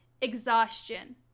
exhaustion